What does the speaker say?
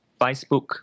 Facebook